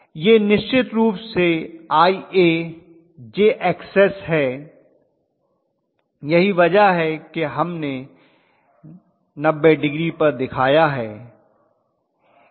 यह निश्चित रूप से IajXs है यही वजह है कि हमने 90 डिग्री पर दिखाया है